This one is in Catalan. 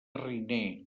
riner